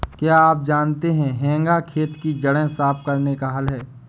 क्या आप जानते है हेंगा खेत की जड़ें साफ़ करने का हल है?